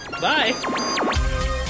bye